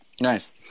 Nice